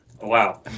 Wow